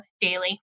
daily